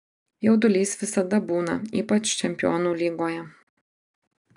jaudulys visada būna ypač čempionų lygoje